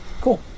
Cool